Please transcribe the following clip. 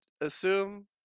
assume